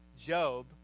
Job